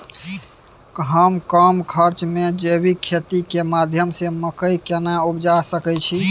हम कम खर्च में जैविक खेती के माध्यम से मकई केना उपजा सकेत छी?